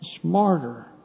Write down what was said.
smarter